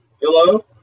Hello